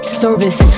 service